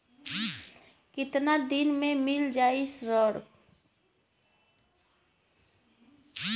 कितना दिन में मील जाई ऋण?